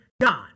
God